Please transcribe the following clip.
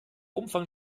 umfang